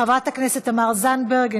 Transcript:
חברת הכנסת תמר זנדברג,